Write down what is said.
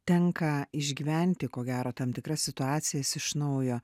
tenka išgyventi ko gero tam tikras situacijas iš naujo